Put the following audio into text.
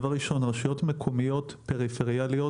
דבר ראשון רשויות מקומיות פריפריאליות